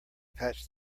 patch